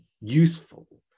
useful